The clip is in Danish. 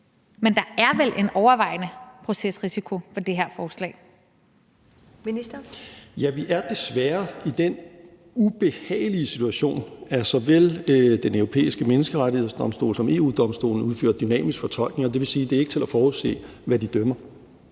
Ministeren. Kl. 14:37 Justitsministeren (Nick Hækkerup): Vi er desværre i den ubehagelige situation, at såvel Den Europæiske Menneskerettighedsdomstol som EU-Domstolen udfører dynamisk fortolkning, og det vil sige, at det ikke er til at forudse, hvad de dømmer.